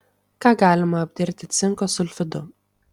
ką galima apdirbti cinko sulfidu